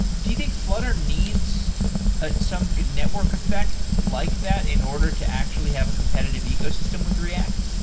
do you think flutter needs ah some network effect like that in order to actually have a competitive ecosystem with react?